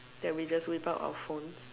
that we just without our phones